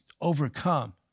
overcome